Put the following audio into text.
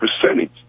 percentage